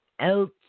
else